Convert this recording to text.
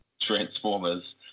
Transformers